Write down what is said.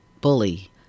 Bully